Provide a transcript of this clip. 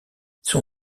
son